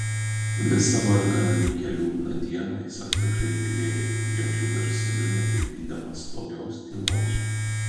visą varganą nykią liūdną dieną jis atkakliai tylėjo jokiu garseliu netrikdydamas slogios tylos